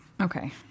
Okay